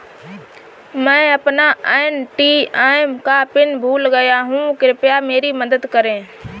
मैं अपना ए.टी.एम का पिन भूल गया हूं, कृपया मेरी मदद करें